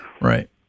Right